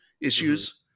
issues